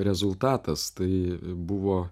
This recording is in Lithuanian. rezultatas tai buvo